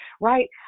right